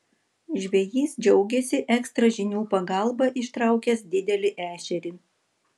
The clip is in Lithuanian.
žvejys džiaugėsi ekstra žinių pagalba ištraukęs didelį ešerį